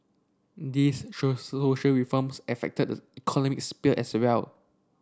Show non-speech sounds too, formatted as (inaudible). these (unintelligible) social reforms affected economic sphere as well